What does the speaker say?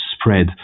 spread